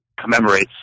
commemorates